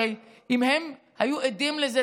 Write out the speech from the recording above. הרי אם הם היו עדים לזה,